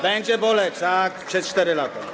Będzie boleć przez 4 lata.